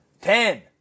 Ten